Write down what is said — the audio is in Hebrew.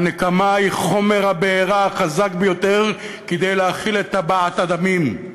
הנקמה היא חומר הבעירה החזק ביותר כדי להאכיל את טבעת הדמים.